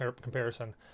comparison